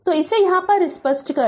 तो इसे यहाँ स्पष्ट कर दे